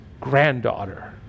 granddaughter